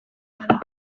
bada